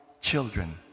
children